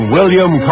William